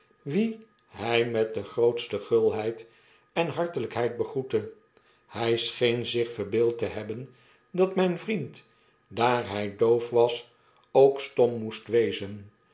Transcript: wien hij met de grootste gulheid enhartelijkheid begroette hij scheen zich verbeeld te hebben dat mijn vriend daar hij doof was ook stom moest wezen